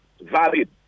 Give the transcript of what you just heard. valid